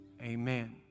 amen